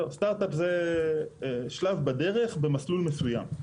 סטארט-אפ זה שלב בדרך במסלול מסוים.